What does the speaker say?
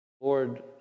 Lord